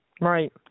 Right